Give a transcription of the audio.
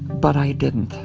but i didn't.